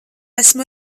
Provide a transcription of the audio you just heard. esmu